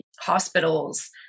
hospitals